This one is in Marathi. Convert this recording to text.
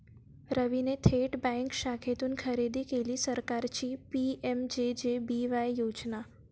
रवीने थेट बँक शाखेतून खरेदी केली सरकारची पी.एम.जे.जे.बी.वाय योजना